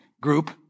group